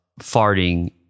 farting